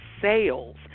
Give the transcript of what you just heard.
Sales